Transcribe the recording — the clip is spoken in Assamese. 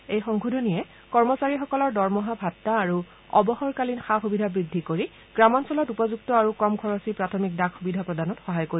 এই সংশোধনীয়ে কৰ্মচাৰীসকলৰ দৰমহা ভাট্টা আৰু অৱসৰকালীন সা সুবিধা বৃদ্ধি কৰি গ্ৰামাঞ্চলত উপযুক্ত আৰু কম খৰছী প্ৰাথমিক ডাক সুবিধা প্ৰদানত সহায় কৰিব